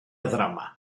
ddrama